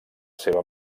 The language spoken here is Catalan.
seva